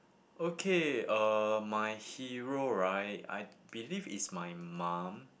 okay uh my hero right I believe is my mum